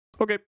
Okay